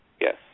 Yes